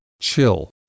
chill